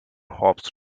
hobs